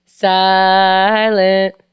Silent